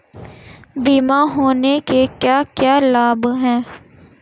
बीमा होने के क्या क्या लाभ हैं?